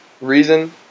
Reason